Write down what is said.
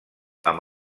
amb